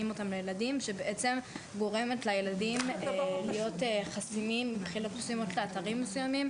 האפליקציות להיות חסומים לאתרים מסוימים.